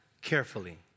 carefully